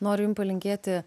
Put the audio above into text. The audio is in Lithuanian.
noriu jum palinkėti